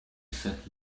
sat